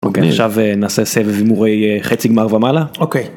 עכשיו נעשה סבב הימורי חצי גמר ומעלה אוקיי.